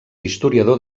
historiador